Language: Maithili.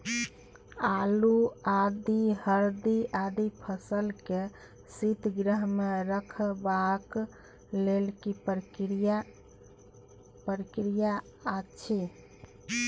आलू, आदि, हरदी आदि फसल के शीतगृह मे रखबाक लेल की प्रक्रिया अछि?